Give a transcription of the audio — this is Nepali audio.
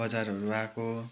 बजारहरू आएको